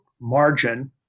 margin